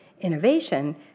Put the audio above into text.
Innovation